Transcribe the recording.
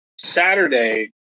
Saturday